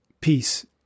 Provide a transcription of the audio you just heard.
peace